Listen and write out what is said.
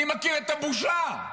אני מכיר את הבושה.